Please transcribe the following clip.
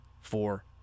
four